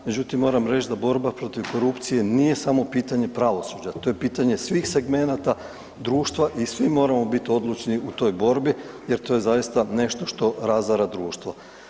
Međutim moram reć da borba protiv korupcije nije samo pitanje pravosuđa, to je pitanje svih segmenata društva i svi moramo bit odlučni u toj borbi jer to je zaista nešto što razara društvo.